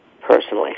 personally